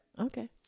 Okay